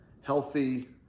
healthy